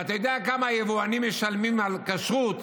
ואתה יודע כמה היבואנים משלמים על כשרות